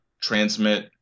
transmit